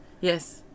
Yes